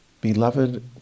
beloved